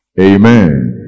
Amen